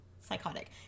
psychotic